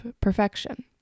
perfection